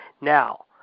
Now